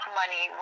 money